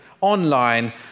Online